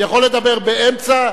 הוא יכול לדבר באמצע.